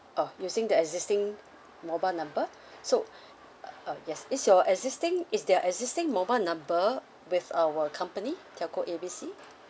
orh using the existing mobile number so uh orh yes is your existing is their existing mobile number with our company telco A B C